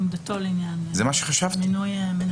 עמדתו לעניין מינוי המנהל.